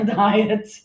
diet